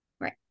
Right